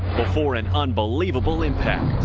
before an unbelievable impact.